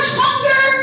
hunger